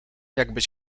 jakbyś